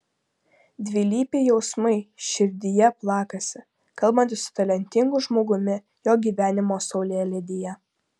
dvilypiai jausmai širdyje plakasi kalbantis su talentingu žmogumi jo gyvenimo saulėlydyje